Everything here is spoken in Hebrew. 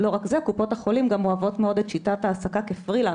לא רק זה: קופות החולים גם אוהבות מאוד את שיטת ההעסקה כפרילנסרים,